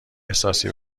احساسی